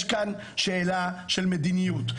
יש כאן שאלה של מדיניות,